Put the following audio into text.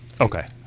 Okay